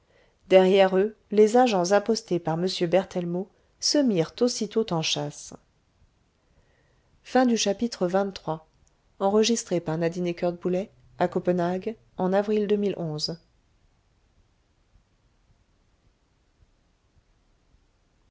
derrière eux les agents apostés par m berthellemot se mirent aussitôt en chasse